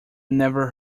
never